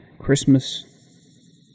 Christmas